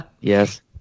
yes